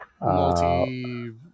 Multi